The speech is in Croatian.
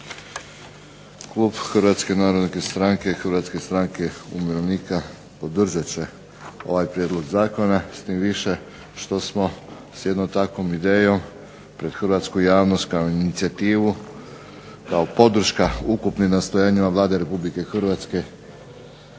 Klub Hrvatske narodne stranke i Hrvatske stranke umirovljenika podržat će ovaj prijedlog zakona, s tim više što smo s jednom takvom idejom pred hrvatsku javnost kao inicijativu, kao podrška ukupnim nastojanjima Vlade Republike Hrvatske